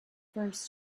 first